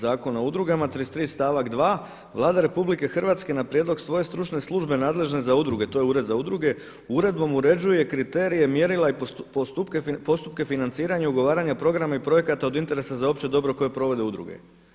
Zakona o udrugama, 33. stavak 2. Vlada RH na prijedlog svoje stručne službe nadležne za udruge, to je Ured za udruge uredbom uređuje kriterije, mjerila i postupke financiranja i ugovaranja programa i projekata od interesa za opće dobro koje provode udruge.